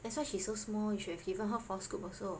that's why she so small you should have given her four scoops also